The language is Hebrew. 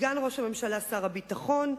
סגן ראש הממשלה שר הביטחון,